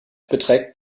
beträgt